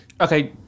Okay